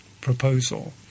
proposal